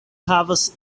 havas